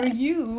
the two dollars